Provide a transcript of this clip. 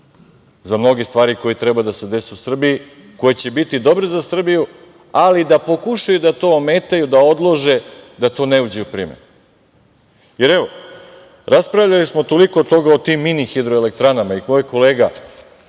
za mnoge stvari koje treba da se dese u Srbiji koji će biti dobri za Srbiju, ali da pokušaju da to ometaju, da odlože da to ne uđe u primenu. Evo, raspravljali smo toliko toga o tim minihidorelektranama i koje je kolega